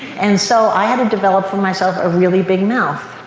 and so i had to develop for myself a really big mouth.